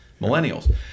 Millennials